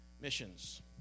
Missions